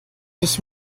ich